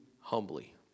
humbly